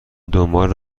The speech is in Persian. دنبال